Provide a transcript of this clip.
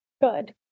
Good